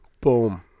boom